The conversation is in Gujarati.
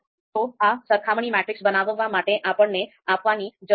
તો આ સરખામણી મેટ્રિક્સ બનાવવા માટે આપણને આપવાની જરૂર છે